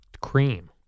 cream